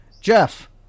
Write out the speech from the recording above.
Jeff